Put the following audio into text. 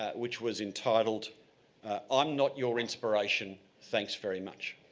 ah which was entitled i'm not your inspiration, thanks very much.